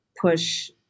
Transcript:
push